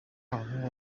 wanyu